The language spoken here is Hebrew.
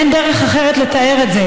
אין דרך אחרת לתאר את זה.